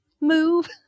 move